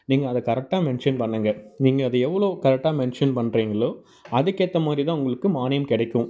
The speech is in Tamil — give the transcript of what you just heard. நீங்கள் அதை கரெக்டாக மென்ஷன் பண்ணுங்கள் நீங்கள் அதை எவ்வளோ கரெக்டாக மென்ஷன் பண்ணுறீங்களோ அதுக்கேற்ற மாதிரி தான் உங்களுக்கு மானியம் கிடைக்கும்